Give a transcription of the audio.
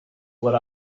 what